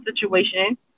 situation